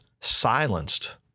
silenced